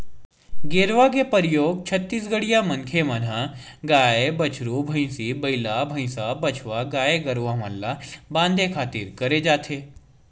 गेरवा के परियोग छत्तीसगढ़िया मनखे मन ह गाय, बछरू, भंइसी, बइला, भइसा, बछवा गाय गरुवा मन ल बांधे खातिर करे जाथे